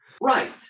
Right